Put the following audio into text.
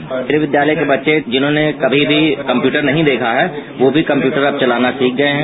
मेरे विद्वालय के बच्चे जिन्होंने कभी भी कंप्रदर नहीं देखा है वो भी कंप्यूटर अब चलाना सीख गए हैं